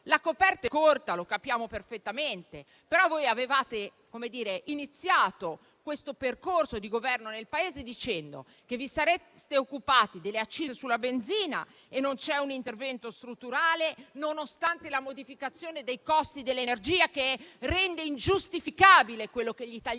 La coperta è corta, lo capiamo perfettamente; però voi avevate iniziato questo percorso di Governo nel Paese dicendo che vi sareste occupati delle accise sulla benzina, ma non c'è stato un intervento strutturale, nonostante la modificazione dei costi dell'energia, che rende ingiustificabile quello che gli italiani